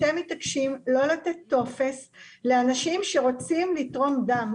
אתם מתעקשים לא לתת טופס לאנשים שרוצים לתרום דם.